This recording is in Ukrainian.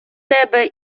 тебе